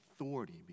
authority